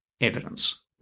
evidence